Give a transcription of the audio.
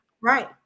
Right